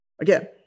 Again